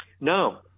No